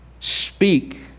Speak